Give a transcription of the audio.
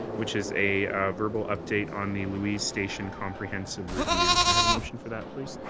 which is a verbal update on the louise station comprehensive review. can i have a motion for that, please?